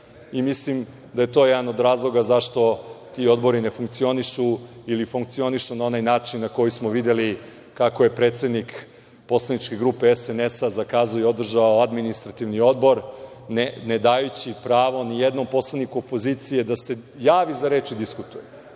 Mislim da je to jedan od razloga zašto ti odbori ne funkcionišu ili funkcionišu na onaj način na koji smo videli kako je predsednik poslaničke grupe SNS zakazao i održao Administrativni odbor ne dajući pravo ni jednom poslaniku opozicije da se javi za reč i diskutuje.